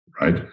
right